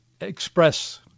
express